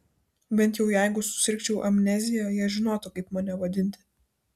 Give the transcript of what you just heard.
bent jau jeigu susirgčiau amnezija jie žinotų kaip mane vadinti